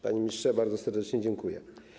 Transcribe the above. Panie ministrze, bardzo serdecznie dziękuję.